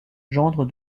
gendre